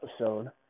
episode